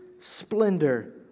splendor